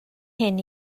hyn